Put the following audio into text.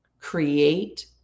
create